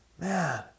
Man